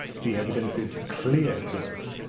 the evidence is clear to us.